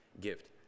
gift